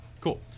Cool